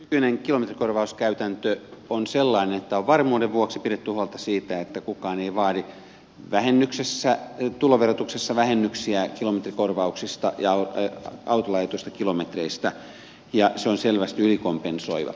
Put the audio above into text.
nykyinen kilometrikorvauskäytäntö on sellainen että on varmuuden vuoksi pidetty huolta siitä että kukaan ei vaadi tuloverotuksessa vähennyksiä kilometrikorvauksista ja autolla ajetuista kilometreistä ja se on selvästi ylikompensoiva